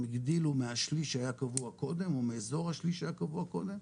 הגדילו מהשליש שהיה קבוע קודם או מאיזור השליש שהיה קבוע קודם,